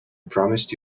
promised